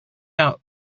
out